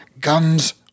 Guns